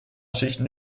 schichten